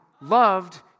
loved